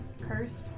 cursed